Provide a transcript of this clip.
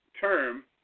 term